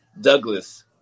Douglas